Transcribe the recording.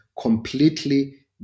completely